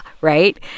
right